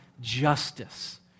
justice